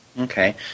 Okay